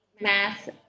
math